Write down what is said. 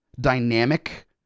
dynamic